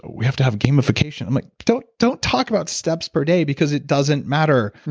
we have to have gamification. i'm like don't don't talk about steps per day because it doesn't matter.